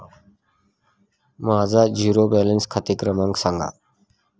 माझा zero balance खाते क्रमांक सांगा